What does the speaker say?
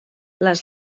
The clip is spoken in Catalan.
les